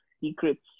secrets